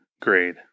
grade